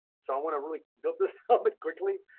so i want to really build this summit quickly.